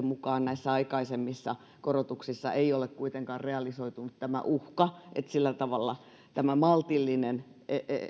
mukaan näissä aikaisemmissa korotuksissa ei ole kuitenkaan realisoitunut tämä uhka eli sillä tavalla tämä maltillinen